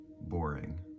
boring